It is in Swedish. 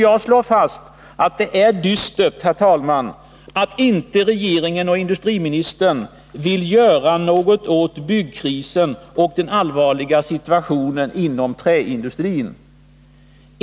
Jag slår fast att det är dystert, herr talman, att inte regeringen och industriministern vill göra något åt byggkrisen och den allvarliga situationen inom träindustrin.